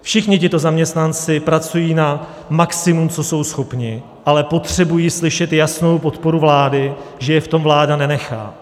Všichni tito zaměstnanci pracují na maximu, co jsou schopni, ale potřebují slyšet jasnou podporu vlády, že je v tom vláda nenechá.